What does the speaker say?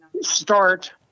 start